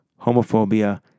homophobia